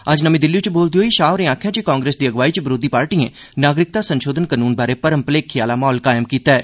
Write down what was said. अज्ज नमीं दिल्ली च बोलदे होई शाह होरे आखेआ जे कांग्रेस दी अगुवाई च बरोधी पार्टियें नागरिकता संशोधन कानून बारै भरम मलेखे आहला म्हौल कायम कीता ऐ